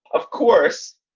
of course,